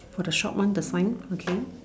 for the short one the sign okay